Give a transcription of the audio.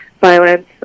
violence